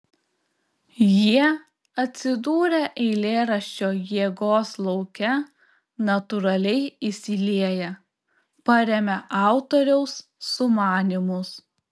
jie atsidūrę eilėraščio jėgos lauke natūraliai įsilieja paremia autoriaus sumanymus